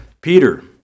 Peter